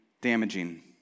damaging